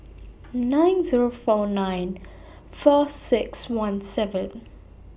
nine Zero four nine four six one seven